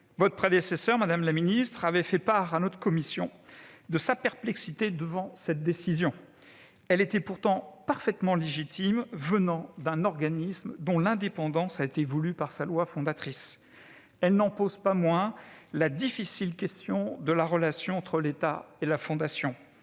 Votre prédécesseur, madame la ministre, avait alors fait part à notre commission de sa perplexité devant cette décision. Elle était pourtant parfaitement légitime, venant d'un organisme dont l'indépendance a été voulue par sa loi fondatrice, mais n'en posait pas moins la difficile question de la relation entre l'État et la Fondation.